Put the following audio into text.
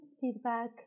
feedback